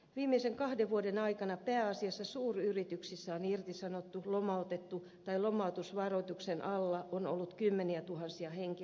viimeisen kahden vuoden aikana pääasiassa suuryrityksissä on irtisanottu tai lomautettu tai lomautusvaroituksen alla on ollut kymmeniä tuhansia henkilöitä